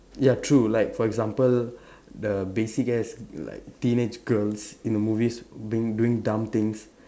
ya true like for example the basic as like teenage girls in the movies doing doing dumb things